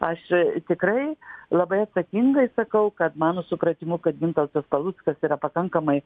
aš tikrai labai atsakingai sakau kad mano supratimu kad gintautas paluckas yra pakankamai